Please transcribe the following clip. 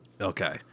Okay